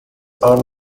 are